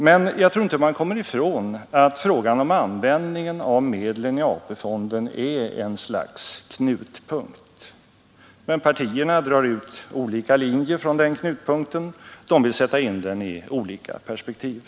Men jag tror inte att man kommer ifrån att användningen av medlen i AP-fonden är ett slags knutpunkt. Partierna drar emellertid ut olika linjer från denna knut Nr 98 punkt. De vill sätta in den i olika perspektiv.